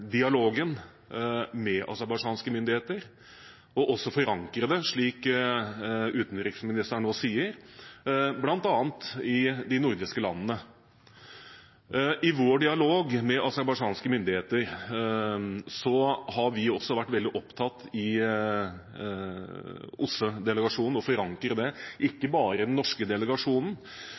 dialogen med aserbajdsjanske myndigheter og også forankre det, slik utenriksministeren nå sier, bl.a. i de nordiske landene. I vår dialog med aserbajdsjanske myndigheter har vi i OSSE-delegasjonen også vært veldig opptatt av å forankre det ikke bare i den norske delegasjonen,